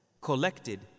Collected